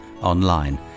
online